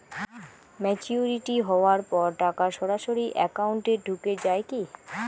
Maturity হওয়ার পর টাকা সরাসরি একাউন্ট এ ঢুকে য়ায় কি?